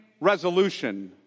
resolution